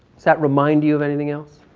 does that remind you of anything else?